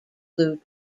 blue